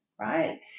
right